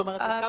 נניח